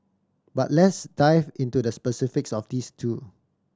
but let's dive into the specifics of these two